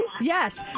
Yes